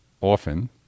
often